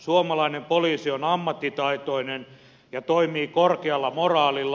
suomalainen poliisi on ammattitaitoinen ja toimii korkealla moraalilla